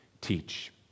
teach